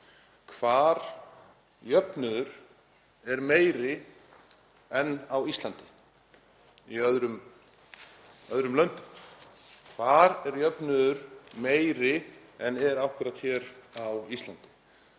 hvar jöfnuður er meiri en á Íslandi í öðrum löndum: Hvar er jöfnuður meiri en akkúrat hér á Íslandi?